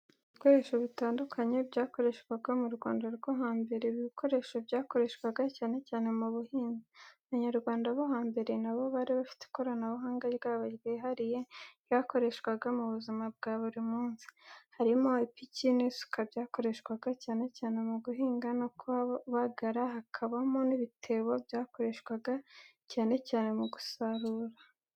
Ibikoresho bitandukanye byakoreshwaga mu Rwanda rwo hambere, ibi bikoresho byakoreshwaga cyane cyane mu buhinzi. Abanyarwanda bo hambere na bo bari bafite ikoranabuhanga ryabo ryihariye ryakoreshwaga mu buzima bwa buri munsi. Harimo ipiki n'isuka byakoreshwaga cyane cyane mu guhinga no kubagara, hakabamo n'ibitebo byakoreshwaga cyane cyane mu gusarura.